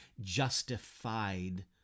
justified